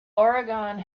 oregon